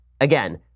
Again